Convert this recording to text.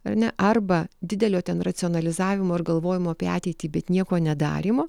ar ne arba didelio ten racionalizavimo ir galvojimo apie ateitį bet nieko nedarymo